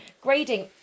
Grading